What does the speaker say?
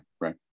right